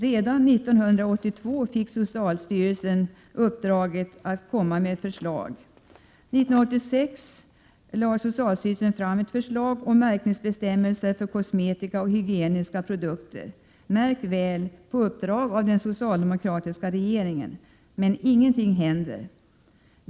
Redan 1982 fick socialstyrelsen uppdrag att lägga ett förslag i ämnet. År 1986 lade socialstyrelsen fram ett förslag om märkningsbestämmelser för kosmetika och hygieniska produkter — märk väl på uppdrag av den socialdemokratiska regeringen. Men ingenting händer!